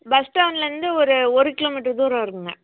bus ஸ்டாண்ட்லேருந்து ஒரு ஒரு கிலோ மீட்டர் தூரம் இருக்கும்ங்க